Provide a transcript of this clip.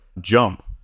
jump